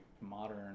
modern